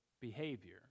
behavior